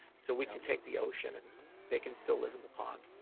so we can take the ocean, and they can still live in the pond.